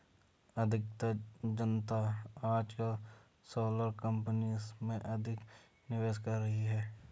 अधिकतर जनता आजकल सोलर कंपनी में अधिक निवेश कर रही है